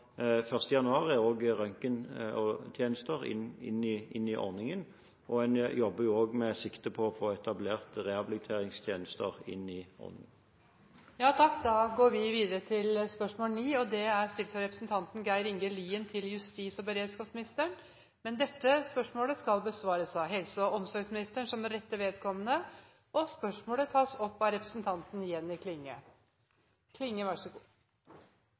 januar er også røntgentjenester inne i ordningen, og en jobber også med sikte på å få etablert rehabiliteringstjenester inn i ordningen. Dette spørsmålet, fra Geir Inge Lien til justis- og beredskapsministeren, vil bli besvart av helse- og omsorgsministeren som rette vedkommende. Spørsmålet blir tatt opp av representanten Jenny Klinge.